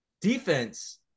Defense